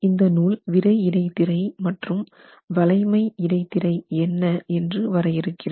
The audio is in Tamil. இந்த நூல் விறை இடைத்திரை மற்றும் வளைமை இடைத்திரை என்ன என்று வரையறுக்கிறது